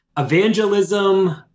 evangelism